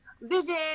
vision